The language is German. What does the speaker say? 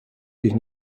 dich